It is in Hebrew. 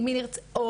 או